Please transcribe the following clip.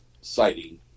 sighting